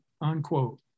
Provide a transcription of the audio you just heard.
unquote